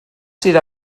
sydd